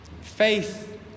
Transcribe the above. Faith